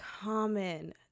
common